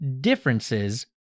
differences